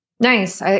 Nice